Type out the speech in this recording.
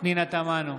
פנינה תמנו,